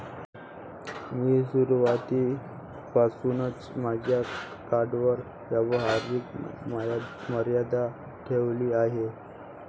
मी सुरुवातीपासूनच माझ्या कार्डवर व्यवहाराची मर्यादा ठेवली आहे